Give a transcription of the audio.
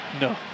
no